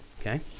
Okay